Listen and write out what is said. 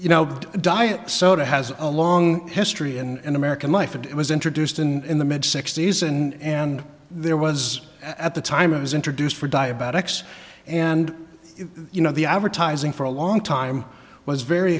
you know diet soda has a long history and american life it was introduced in the mid sixty's and there was at the time it was introduced for diabetics and you know the advertise for a long time was very